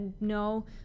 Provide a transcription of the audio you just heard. no